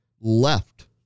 left